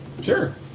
Sure